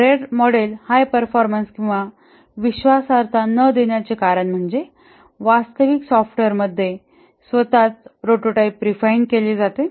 RAD model high performance किंवा विश्वासार्हता न देण्याचे कारण म्हणजे वास्तविक सॉफ्टवेअर मध्ये स्वतःच प्रोटोटाइप रिफाईन केले जाते